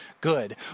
good